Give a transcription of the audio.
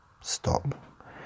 Stop